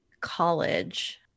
college